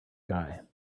guy